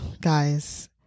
Guys